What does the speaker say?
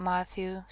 Matthew